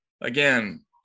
again